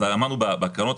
אבל מה המצב היום?